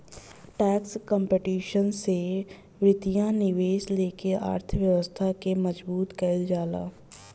tax competition से वित्तीय निवेश लेके अर्थव्यवस्था के मजबूत कईल जाला